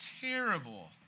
terrible